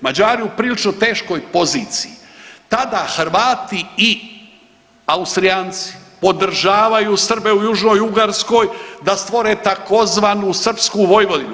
Mađari u priličnoj teškoj poziciji tada Hrvati i Austrijanci održavaju srbe u Južnoj Ugarskoj da stvore tzv. srpsku Vojvodinu.